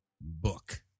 book